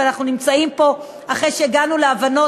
אבל אנחנו נמצאים פה אחרי שהגענו להבנות,